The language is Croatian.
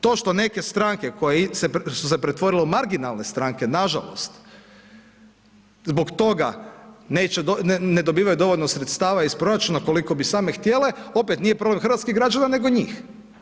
To što neke stranke koje su se pretvorile u marginalne stranke nažalost zbog toga neće dobiti, ne dobivaju dovoljno sredstava iz proračuna koliko bi same htjele opet nije problem hrvatskih građana nego njih.